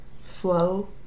flow